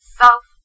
self